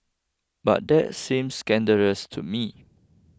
but that seems scandalous to me